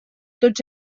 tots